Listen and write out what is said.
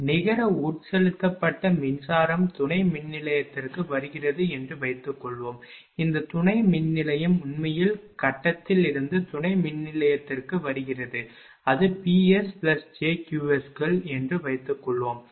நிகர உட்செலுத்தப்பட்ட மின்சாரம் துணை மின்நிலையத்திற்கு வருகிறது என்று வைத்துக்கொள்வோம் இந்த துணை மின்நிலையம் உண்மையில் கட்டத்திலிருந்து துணை மின்நிலையத்திற்கு வருகிறது அது PsjQs கள் என்று வைத்துக்கொள்வோம் இல்லையா